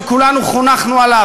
שכולנו חונכנו עליו,